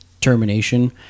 Termination